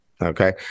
okay